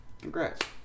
Congrats